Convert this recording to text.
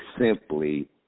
simply